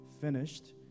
finished